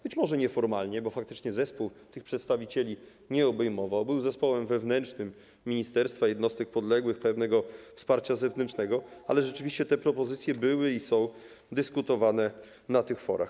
Być może nieformalnie, bo faktycznie zespół tych przedstawicieli nie obejmował, był zespołem wewnętrznym ministerstwa i jednostek podległych, korzystał z pewnego wsparcia zewnętrznego, ale rzeczywiście te propozycje były i są dyskutowane na tych forach.